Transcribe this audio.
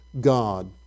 God